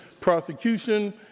prosecution